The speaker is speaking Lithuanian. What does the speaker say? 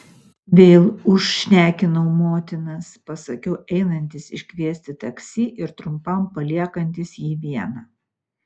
vėl užšnekinau motinas pasakiau einantis iškviesti taksi ir trumpam paliekantis jį vieną